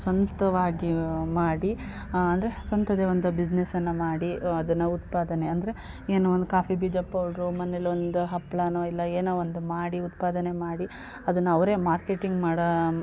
ಸ್ವಂತವಾಗಿ ಮಾಡಿ ಆ ಅಂದರೆ ಸ್ವಂತದ್ದೇ ಒಂದು ಬಿಸ್ನೆಸನ್ನು ಮಾಡಿ ಅದನ್ನು ಉತ್ಪಾದನೆ ಅಂದರೆ ಏನೋ ಒಂದು ಕಾಫಿ ಬೀಜ ಪೌಡ್ರು ಮನೇಲಿ ಒಂದು ಹಪ್ಪಳನೋ ಇಲ್ಲ ಏನೋ ಒಂದು ಮಾಡಿ ಉತ್ಪಾದನೆ ಮಾಡಿ ಅದನ್ನ ಅವರೇ ಮಾರ್ಕೆಟಿಂಗ್ ಮಾಡೋ